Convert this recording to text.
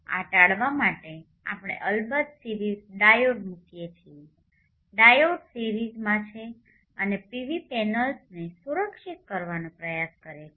આ ટાળવા માટે આપણે અલબત્ત સિરીઝ ડાયોડ મૂકીએ છીએ ડાયોડ સિરીઝમાં છે અને પીવી પેનલ્સને સુરક્ષિત કરવાનો પ્રયાસ કરે છે